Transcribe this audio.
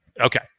Okay